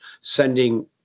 sending